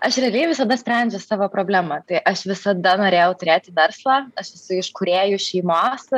aš realiai visada sprendžiu savo problemą tai aš visada norėjau turėti verslą aš esu iš kūrėjų šeimos